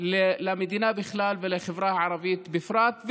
למדינה בכלל ולחברה הערבית בפרט,